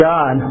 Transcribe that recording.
God